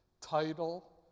title